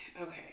okay